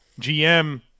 GM